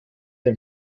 den